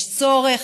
יש צורך,